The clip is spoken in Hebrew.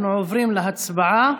אנחנו עוברים להצבעה.